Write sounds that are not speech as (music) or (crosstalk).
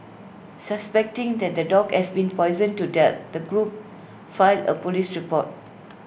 suspecting that the dog has been poisoned to death the group filed A Police report (noise)